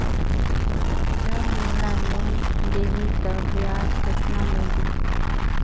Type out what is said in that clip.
जब मोला लोन देही तो ब्याज कतना लेही?